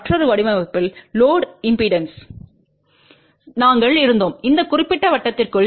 மற்றொரு வடிவமைப்பில் லோடு இம்பெடன்ஸ்க்கு நாங்கள் இருந்தோம் இந்த குறிப்பிட்ட வட்டத்திற்குள்